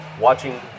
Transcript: watching